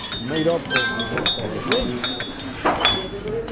made up of the most outrageous features,